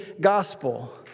gospel